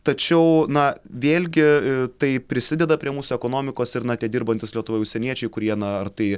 tačiau na vėlgi a tai prisideda prie mūsų ekonomikos ir na tie dirbantys lietuvoj užsieniečiai kurie na ar tai